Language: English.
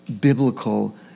biblical